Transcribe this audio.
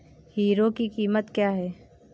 Hero की कीमत क्या है?